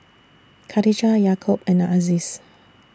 Khatijah Yaakob and Aziz